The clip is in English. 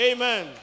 Amen